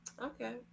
Okay